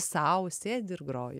sau sėdi ir groji